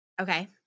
Okay